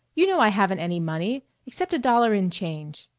you know i haven't any money except a dollar in change.